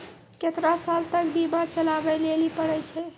केतना साल तक बीमा चलाबै लेली पड़ै छै?